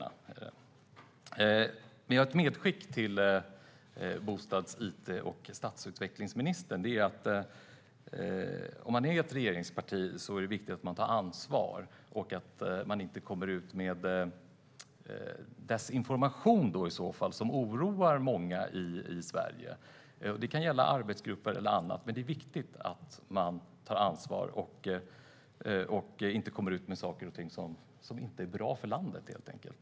Jag har dock ett medskick till bostads, it och stadsutvecklingsministern: Om man är ett regeringsparti är det viktigt att man tar ansvar och att man inte kommer ut med desinformation som oroar många i Sverige. Det kan gälla arbetsgrupper eller annat. Det är viktigt att man tar ansvar och inte går ut med saker och ting som inte är bra för landet, helt enkelt.